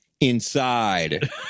inside